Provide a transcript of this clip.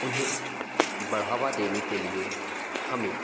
उन्हें बढ़ावा देने के लिए हमें